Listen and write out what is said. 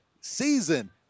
season